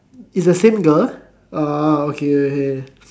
is the same girl orh okay okay